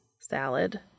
Salad